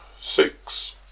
six